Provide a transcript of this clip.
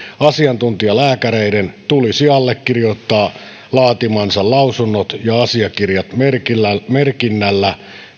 asiantuntijalääkäreiden tulisi allekirjoittaa laatimansa lausunnot ja asiakirjat merkinnällä merkinnällä